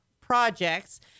projects